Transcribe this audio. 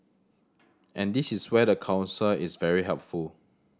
and this is where the council is very helpful